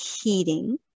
heating